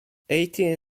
eighteen